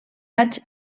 vaig